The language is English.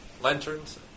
Lanterns